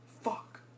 fuck